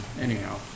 anyhow